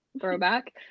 throwback